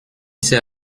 ces